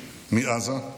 מעזה,